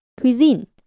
cuisine